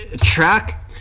track